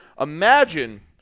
imagine